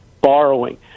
borrowing